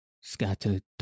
scattered